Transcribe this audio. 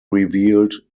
revealed